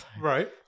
right